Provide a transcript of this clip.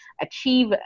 achieve